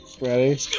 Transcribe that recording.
Ready